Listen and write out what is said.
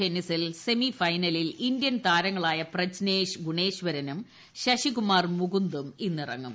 tennis semi ഫൈനലിൽ Indian താരങ്ങളായ പ്രജ്നേഷ് ഗുണേശ്വരനും ശശികുമാർ മുകുസ്തു്രാൻ ഇന്നിറങ്ങും